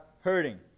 hurting